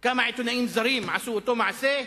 כמה עיתונאים זרים עשו אותו מעשה?